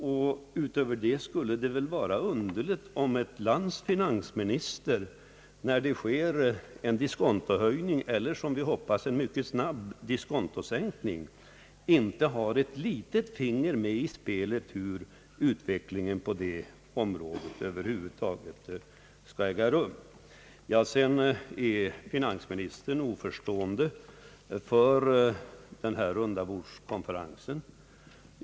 Utöver detta vill jag säga, att det skulle vara underligt om ett lands finansminister inte får ha ett litet finger med i spelet när det sker en diskontohöjning eller, som vi nu hoppas, en mycket snabb diskontosänkning. Finansministern är vidare oförstående när det gäller den rundabordskonferens som här nämnts.